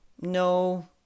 No